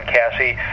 Cassie